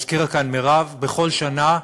הזכירה כאן מירב, בכל שנה,